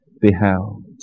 beheld